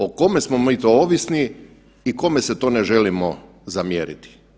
O kome smo mi to ovisni i kome se to ne želimo zamjeriti?